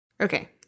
Okay